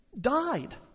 died